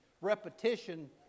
repetition